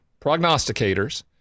prognosticators